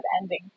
ending